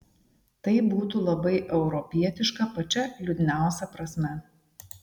tai būtų labai europietiška pačia liūdniausia prasme